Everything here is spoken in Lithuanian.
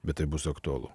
bet tai bus aktualu